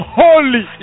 holy